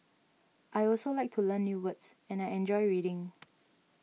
I also like to learn new words and I enjoy reading